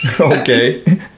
Okay